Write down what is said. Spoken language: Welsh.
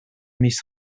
mis